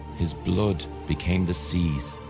his blood became the seas,